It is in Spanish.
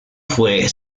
fue